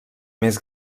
més